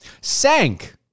sank